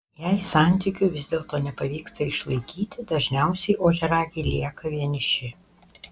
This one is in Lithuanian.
jei santykių vis dėlto nepavyksta išlaikyti dažniausiai ožiaragiai lieka vieniši